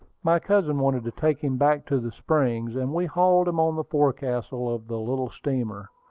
my cousin wanted to take him back to the springs, and we hauled him on the forecastle of the little steamer.